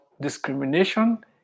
discrimination